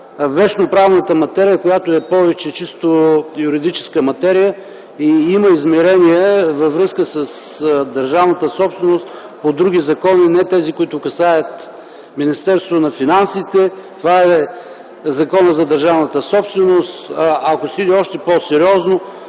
вещноправната материя, която е чисто юридическа материя и има измерения във връзка с държавната собственост по други закони, не законите, които касаят Министерството на финансите. Такъв е Законът за държавната собственост. Ако се погледне по-сериозно,